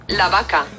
lavaca